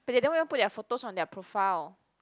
but they don't even put their photos on their profile